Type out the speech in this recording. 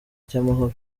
cy’amahoro